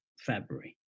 February